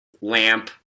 lamp